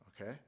Okay